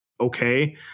Okay